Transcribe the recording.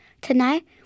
Tonight